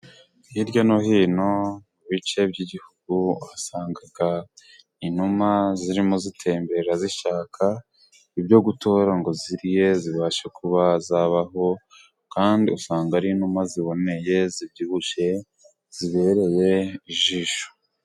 Hirya no hino mu bice by'igihugu uhasanga inuma zirimo zitembera zishaka ibyo gutora ngo zirye zibashe kuba zabaho, kandi usanga ari inuma ziboneye, zibyibushye, zibereye ijisho.